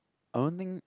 I don't think